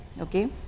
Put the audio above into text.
okay